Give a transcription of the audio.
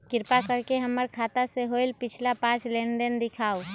कृपा कर के हमर खाता से होयल पिछला पांच लेनदेन दिखाउ